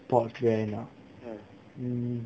sport brand ah hmm